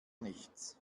nichts